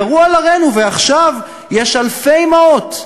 ירו על ערינו, ועכשיו יש אלפי אימהות,